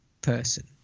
person